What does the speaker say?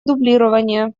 дублирования